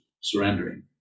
surrendering